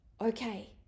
Okay